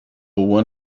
when